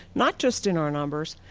not just in our numbers.